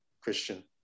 Christian